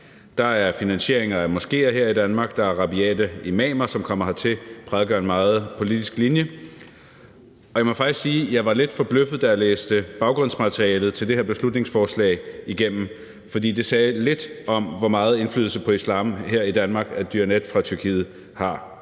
Der er finansiering af moskéer her i Danmark. Der er rabiate imamer, som kommer hertil og prædiker en meget politisk linje. Og jeg må faktisk sige, at jeg var lidt forbløffet, da jeg læste baggrundsmaterialet til det her beslutningsforslag igennem, for det sagde lidt om, hvor meget indflydelse på islam her i Danmark Diyanet fra Tyrkiet har.